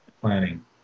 planning